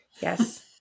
Yes